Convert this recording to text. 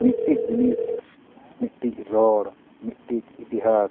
ᱢᱤᱫᱴᱤᱡ ᱡᱤᱱᱤᱥ ᱢᱤᱫᱴᱤᱡ ᱨᱚᱲ ᱢᱤᱫᱴᱤᱡ ᱤᱛᱤᱦᱟᱥ